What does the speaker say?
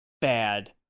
bad